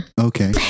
Okay